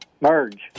Merge